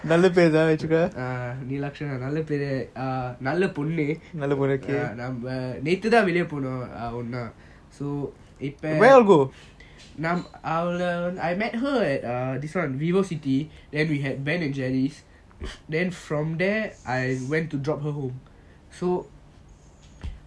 நீலக்ஷனா நல்ல பெரு நல்ல பொண்ணு நம்ம நேத்து தான் வெளிய போனோம் ஒண்ணா:neelakshana nalla peru nalla ponnu namma neathu thaan veliya ponom onna so இப்ப:ipa I met her at err this one vivocity and we had ben and jerry then from there I went to drop her home so